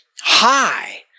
hi